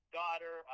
daughter